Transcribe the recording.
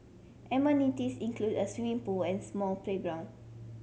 amenities include a swimming pool and small playground